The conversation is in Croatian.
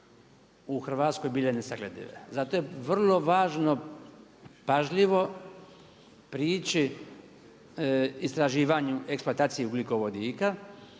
u Hrvatskoj bile nesagledive. Zato je vrlo važno pažljivo prići istraživanju eksploataciji ugljikovodika